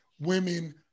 women